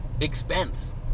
expense